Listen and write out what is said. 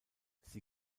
sie